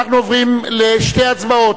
אנחנו עוברים לשתי הצבעות,